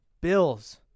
Bills